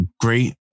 great